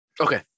okay